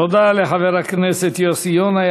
תודה לחבר הכנסת יוסי יונה.